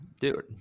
Dude